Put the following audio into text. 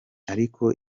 ariko